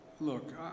Look